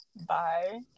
Bye